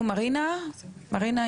למרינה מ"קו לעובד".